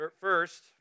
First